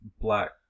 black